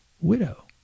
widow